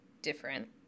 different